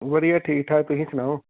ਵਧੀਆ ਠੀਕ ਠਾਕ ਤੁਸੀਂ ਸੁਣਾਓ